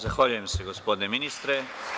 Zahvaljujem se gospodine ministre.